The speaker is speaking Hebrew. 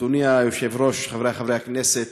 אדוני היושב-ראש, חברי חברי הכנסת,